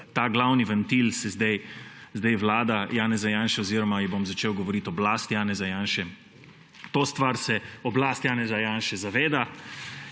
Ta glavni ventil se sedaj vlada Janeza Janše oziroma ji bom začel govoriti oblast Janeza Janše, tega se oblast Janeza Janše zaveda.